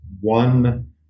one